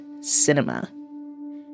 cinema